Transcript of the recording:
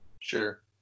Sure